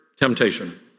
temptation